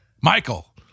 Michael